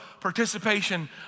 participation